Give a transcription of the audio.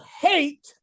hate